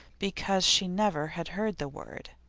because she never had heard the word.